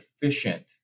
efficient